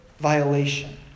violation